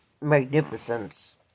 magnificence